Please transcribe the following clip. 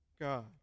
God